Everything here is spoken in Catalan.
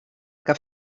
que